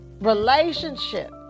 Relationship